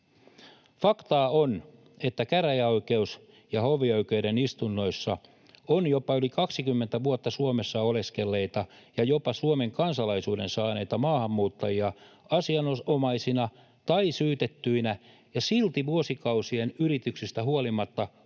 Faktaa on, että käräjäoikeuden ja hovioikeuden istunnoissa on jopa yli 20 vuotta Suomessa oleskelleita ja jopa Suomen kansalaisuuden saaneita maahanmuuttajia asianomaisina tai syytettyinä ja silti, vuosikausien yrityksistä huolimatta,